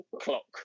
clock